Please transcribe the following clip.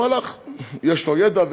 יש לו ידע,